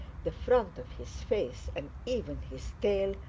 the front of his face and even his tail,